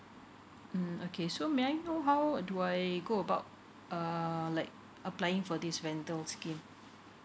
mm okay so may I know how do I go about um like applying for this rental scheme